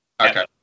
Okay